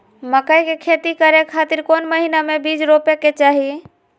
मकई के खेती करें खातिर कौन महीना में बीज रोपे के चाही?